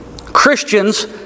Christians